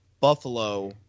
Buffalo